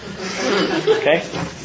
Okay